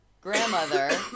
grandmother